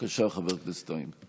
בבקשה, חבר הכנסת טייב.